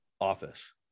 office